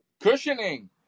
Cushioning